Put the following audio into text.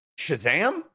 Shazam